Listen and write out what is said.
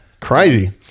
crazy